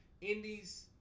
Indies